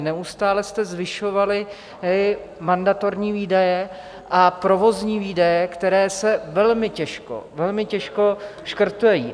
Neustále jste zvyšovali mandatorní výdaje a provozní výdaje, které se velmi těžko, velmi těžko škrtají.